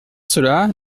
cela